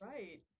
Right